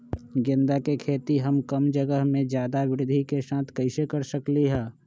गेंदा के खेती हम कम जगह में ज्यादा वृद्धि के साथ कैसे कर सकली ह?